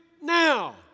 now